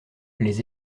les